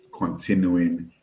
continuing